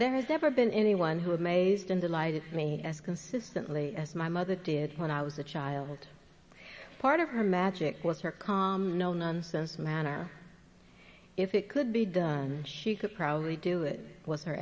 there has never been anyone who amazed and delighted me as consistently as my mother did when i was a child part of her magic was her calm no nonsense manner if it could be done she could probably do it was her